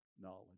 knowledge